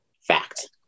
fact